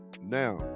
Now